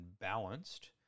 balanced